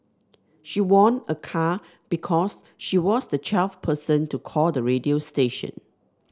she won a car because she was the twelfth person to call the radio station